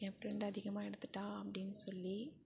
என் friend அதிகமாக எடுத்துட்டா அப்படின்னு சொல்லி